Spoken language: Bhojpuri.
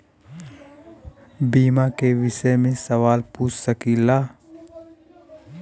बीमा के विषय मे सवाल पूछ सकीलाजा?